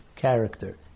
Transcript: character